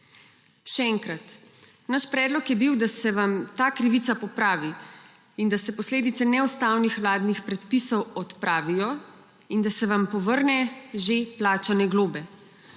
Še enkrat. Naš predlog je bil, da se vam ta krivica popravi in da se posledice neustavnih vladnih predpisov odpravijo in da se vam povrne že plačane globe.